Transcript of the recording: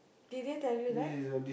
did they tell you that